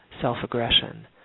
self-aggression